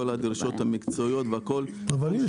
כל הדרישות המקצועיות והכול --- אבל הנה,